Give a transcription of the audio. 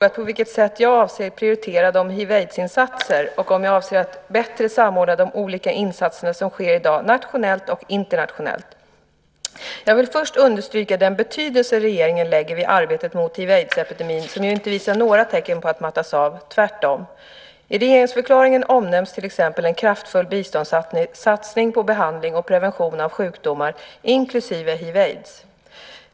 Herr talman! Rosita Runegrund har frågat på vilket sätt jag avser att prioritera hiv aids-epidemin som ju inte visar några tecken på att mattas av, tvärtom. I regeringsförklaringen omnämns till exempel en kraftfull biståndssatsning på behandling och prevention av sjukdomar, inklusive hiv/aids.